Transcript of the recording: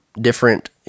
different